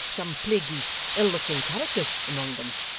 some plaguy ill-looking characters among them